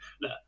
No